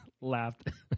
laughed